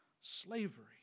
slavery